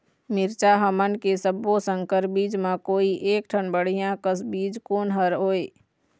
मिरचा हमन के सब्बो संकर बीज म कोई एक ठन बढ़िया कस बीज कोन हर होए?